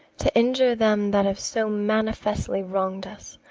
to injure them that have so manifestly wronged us,